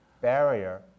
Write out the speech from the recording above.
barrier